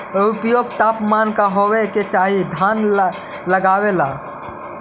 उपयुक्त तापमान का होबे के चाही धान लगावे ला?